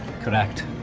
Correct